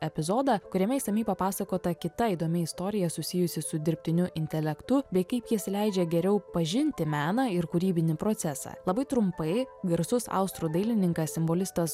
epizodą kuriame išsamiai papasakota kita įdomi istorija susijusi su dirbtiniu intelektu bei kaip jis leidžia geriau pažinti meną ir kūrybinį procesą labai trumpai garsus austrų dailininkas simbolistas